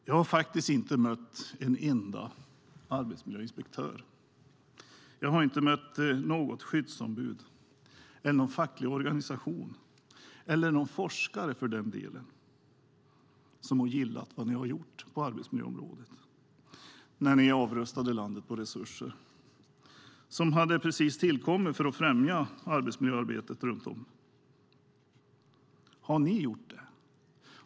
Jag har faktiskt inte mött en enda arbetsmiljöinspektör, inte något skyddsombud eller någon facklig organisation, eller någon forskare för den delen, som har gillat det ni gjorde på arbetsmiljöområdet när ni avrustade landets resurser som hade tillkommit precis för att främja arbetsmiljöarbetet runt om i landet. Har ni gjort det?